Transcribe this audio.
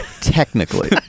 Technically